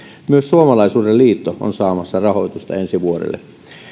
myös suomalaisuuden liitto on saamassa rahoitusta ensi vuodelle